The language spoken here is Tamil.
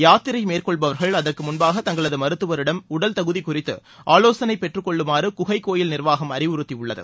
யாத்திரை மேற்கொள்பவர்கள் அதற்கு முன்பாக தங்களது மருத்துவரிடம் உடல் தகுதி குறித்து ஆலோசனை பெற்றுக் கொள்ளுமாறு குகை கோயில் நிர்வாகம் அறிவுறுத்தியுள்ளது